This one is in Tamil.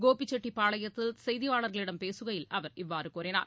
கோபிசெட்டிப்பாளையத்தில் செய்தியாளர்களிடம் பேசுகையில் அவர் இவ்வாறு கூறினார்